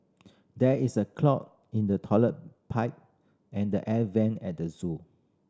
there is a clog in the toilet pipe and the air vent at the zoo